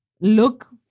look